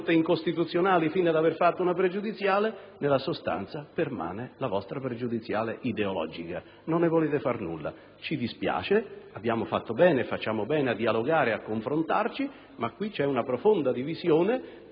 incostituzionali tanto da aver presentato una pregiudiziale. Nella sostanza permane la vostra pregiudiziale ideologica. Non ne volete far nulla e questo ci dispiace. Abbiamo fatto e facciamo bene a dialogare e a confrontarci, ma qui c'è una profonda divisione